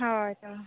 ᱦᱳᱭ ᱛᱳ